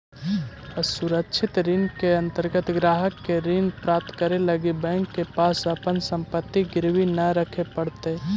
असुरक्षित ऋण के अंतर्गत ग्राहक के ऋण प्राप्त करे लगी बैंक के पास अपन संपत्ति गिरवी न रखे पड़ऽ हइ